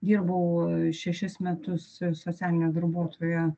dirbau šešis metus socialine darbuotoja